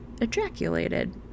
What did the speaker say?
ejaculated